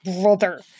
brother